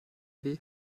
weh